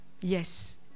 Yes